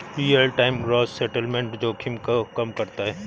real time gross settlement जोखिम को कम करता है